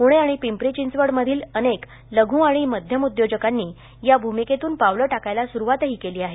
पूणे आणि पिंपरी चिंचवड मधील अनेक लघ् आणि मध्यम उद्योजकांनी या भ्रमिकेतून पावलं टाकायला सुरूवातही केली आहे